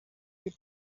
que